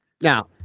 Now